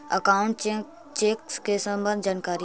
Account check के सम्बन्ध जानकारी?